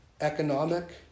economic